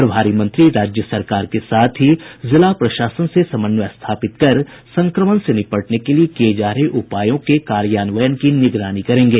प्रभारी मंत्री राज्य सरकार के साथ ही जिला प्रशासन से समन्वय स्थापित कर संक्रमण से निपटने के लिये किये जा रहे उपायों के कार्यान्वयन की निगरानी करेंगे